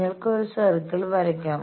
നിങ്ങൾക്ക് ഒരു സർക്കിൾ വരയ്ക്കാം